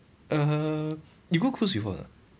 err you go cruise before or not